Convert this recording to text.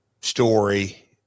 story